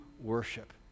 worship